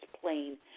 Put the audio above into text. plain